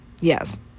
Yes